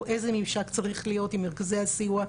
או איזה ממשק צריך להיות עם מרכזי הסיוע,